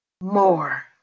more